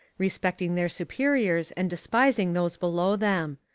respecting their superiors and despising those below them.